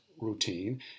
routine